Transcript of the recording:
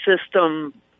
system